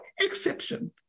exception